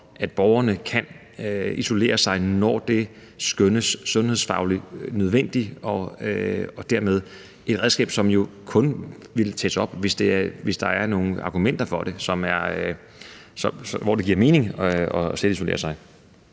at borgerne kan isolere sig, når det skønnes sundhedsfagligt nødvendigt, og det er dermed et redskab, som kun vil blive brugt, hvis der er nogle argumenter for det, og hvor det giver mening at selvisolere sig.